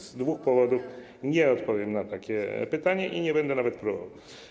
A więc z dwóch powodów nie odpowiem na takie pytanie i nie będę nawet próbował.